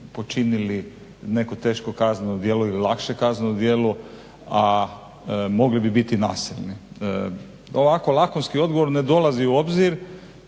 počinili neko teško kazneno djelo ili lakše kazneno djelo, a mogli bi biti nasilni? Ovako lakonski odgovor ne dolazi u obzir,